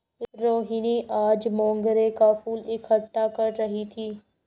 रोहिनी आज मोंगरे का फूल इकट्ठा कर रही थी